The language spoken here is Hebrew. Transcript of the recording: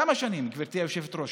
כמה שנים, גברתי היושבת-ראש?